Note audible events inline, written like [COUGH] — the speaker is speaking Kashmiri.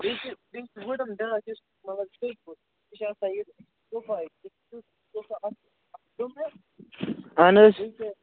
بیٚیہِ چھُ بیٚیہِ چھُ وُٹَن بیٛاکھ یُس مطلب سُہ چھُ آسان یہِ صوفا [UNINTELLIGIBLE] اَہن حظ